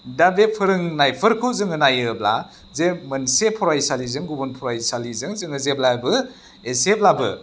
दा बे फोरोंनायफोरखौ जोङो नायोब्ला जे मोनसे फरायसालिजों गुबुन फरायसालिजों जोङो जेब्लायबो एसेब्लाबो